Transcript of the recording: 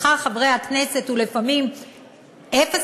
שכר חברי הכנסת הוא לפעמים 0.87,